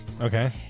Okay